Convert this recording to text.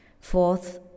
Fourth